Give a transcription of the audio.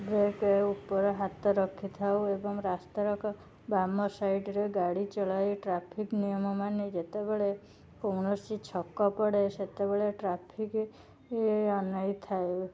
brake ଉପରେ ହାତ ରଖିଥାଉ ଏବଂ ରାସ୍ତାଯାକ ବାମ ସାଇଡ଼୍ରେ ଗାଡ଼ି ଚଳାଇ ଟ୍ରାଫିକ୍ ନିୟମ ମାନି ଯେତେବେଳେ କୌଣସି ଛକ ପଡ଼େ ସେତେବେଳେ ଟ୍ରାଫିକ୍ ଅନାଇଥାଏ